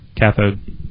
Cathode